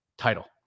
title